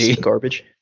garbage